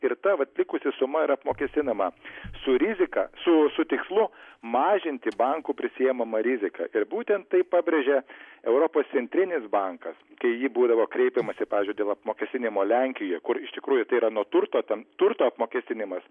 ir ta vat likusi suma yra apmokestinama su rizika su su tikslu mažinti bankų prisiimamą riziką ir būtent tai pabrėžė europos centrinis bankas kai į jį būdavo kreipiamasi pavyzdžiui dėl apmokestinimo lenkijoj kur iš tikrųjų tai yra nuo turto ten turto apmokestinimas